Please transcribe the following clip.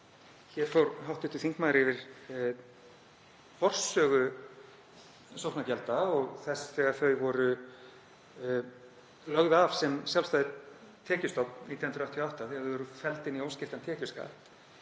Hér fór hv. þingmaður yfir forsögu sóknargjalda og það þegar þau voru lögð af sem sjálfstæður tekjustofn 1998, þegar þau voru felld inn í óskiptan tekjuskatt.